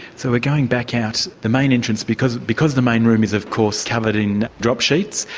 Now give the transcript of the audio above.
so we're going back out the main entrance, because because the main room is of course covered in drop sheets,